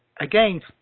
again